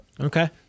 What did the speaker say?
Okay